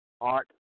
art